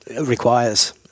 requires